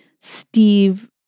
Steve